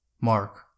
Mark